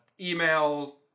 Email